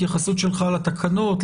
התייחסות שלך לתקנות.